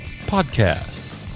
podcast